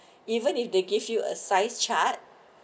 even if they give you a size chart